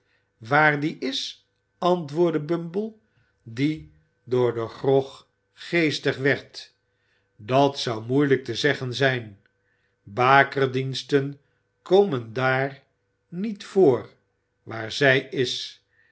waar die is antwoordde bumble die door den grog geestig werd dat zou moeilijk te zeggen zijn bakerdiensten komen daar niet voor waar zij is